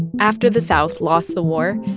after the south lost the war,